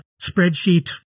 spreadsheet